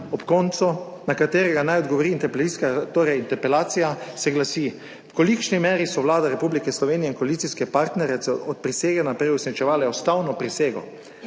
ob koncu, na katerega naj odgovori interpelacija, se glasi: V kolikšni meri so Vlada Republike Slovenije in koalicijske partnerice od prisege naprej uresničevale ustavno prisego,